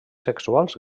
sexuals